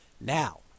Now